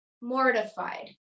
mortified